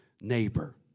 neighbor